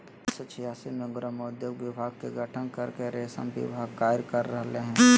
उन्नीस सो छिआसी मे ग्रामोद्योग विभाग के गठन करके रेशम विभाग कार्य कर रहल हई